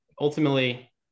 ultimately